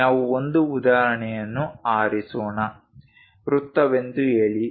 ನಾವು ಒಂದು ಉದಾಹರಣೆಯನ್ನು ಆರಿಸೋಣ ವೃತ್ತವೆಂದು ಹೇಳಿ